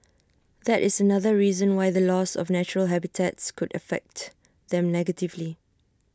that is another reason why the loss of natural habitats could affect them negatively